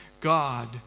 God